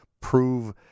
prove